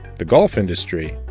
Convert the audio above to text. the golf industry,